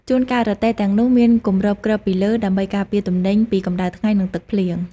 ជួនកាលរទេះទាំងនោះមានគម្របគ្របពីលើដើម្បីការពារទំនិញពីកម្ដៅថ្ងៃនិងទឹកភ្លៀង។